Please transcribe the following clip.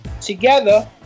together